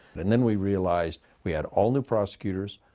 and then we realized we had all new prosecutors,